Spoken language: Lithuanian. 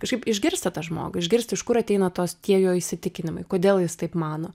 kažkaip išgirsti tą žmogų išgirsti iš kur ateina tos tie jo įsitikinimai kodėl jis taip mano